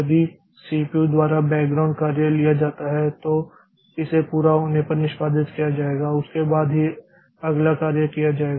यदि सीपीयू द्वारा बैकग्राउंड कार्य लिया जाता है तो इसे पूरा होने पर निष्पादित किया जाता है उसके बाद ही अगला कार्य किया जाएगा